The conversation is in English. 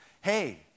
Hey